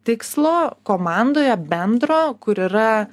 tikslo komandoje bendro kur yra